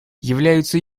являются